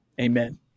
Amen